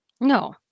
No